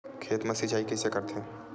खेत मा सिंचाई कइसे करथे?